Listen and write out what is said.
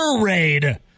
Raid